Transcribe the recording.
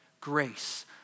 grace